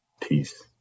peace